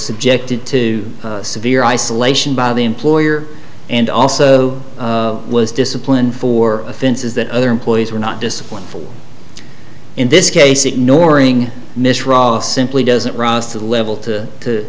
subjected to severe isolation by the employer and also was disciplined for offenses that other employees were not disciplined for in this case ignoring misra simply doesn't rise to the level to